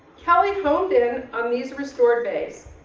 kelly honed in on these restored bayes.